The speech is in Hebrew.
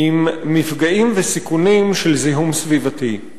עם מפגעים וסיכונים ושל זיהום סביבתי.